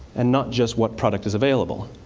and not just what product is available.